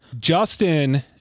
Justin